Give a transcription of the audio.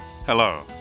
Hello